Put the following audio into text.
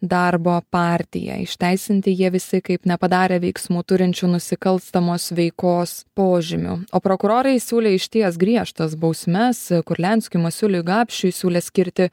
darbo partiją išteisinti jie visi kaip nepadarę veiksmų turinčių nusikalstamos veikos požymių o prokurorai siūlė išties griežtas bausmes kurlianskiui masiuliui gapšiui siūlė skirti